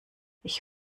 ich